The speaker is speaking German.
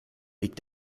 liegt